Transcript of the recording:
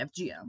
FGM